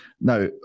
Now